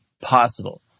possible